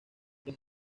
los